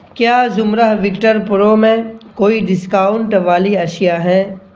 کیا زمرہ Victor pro میں کوئی ڈسکاؤنٹ والی اشیاء ہے